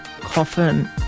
coffin